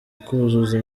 kuzuza